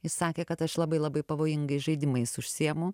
jis sakė kad aš labai labai pavojingais žaidimais užsiimu